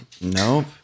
Nope